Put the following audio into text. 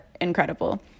incredible